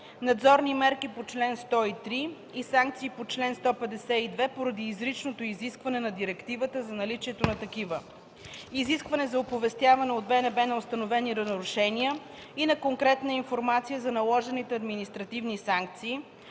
надзорни мерки по чл. 103 и санкции по чл. 152 поради изричното изискване на Директивата за наличието на такива; изискване за оповестяване от БНБ на установени нарушения и на конкретна информация за наложените административни санкции;